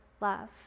love